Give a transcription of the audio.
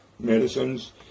medicines